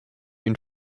une